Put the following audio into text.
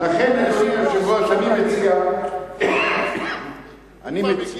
אדוני היושב-ראש, אפשר להגיב?